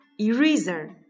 eraser